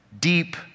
deep